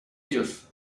ellos